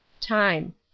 Time